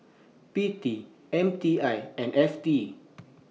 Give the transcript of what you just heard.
P T M T I and F T